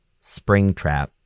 Springtrap